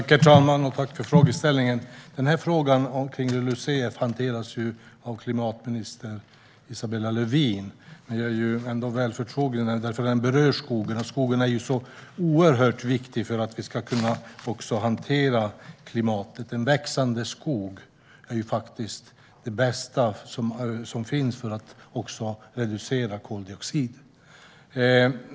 Herr talman! Tack för frågan! LULUCF hanteras visserligen av klimatminister Isabella Lövin, men jag är väl förtrogen med frågan eftersom den berör skogen. Skogen är oerhört viktig för att vi ska kunna hantera klimatet. En växande skog är det bästa som finns för att reducera koldioxid.